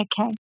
okay